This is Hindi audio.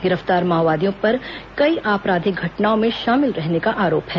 गिरफ्तार माओवादियों पर कई आपराधिक घटनाओं में शामिल रहने का आरोप है